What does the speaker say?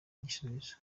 gisubizo